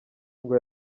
ngo